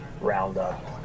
roundup